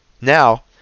now